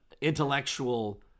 intellectual